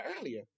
earlier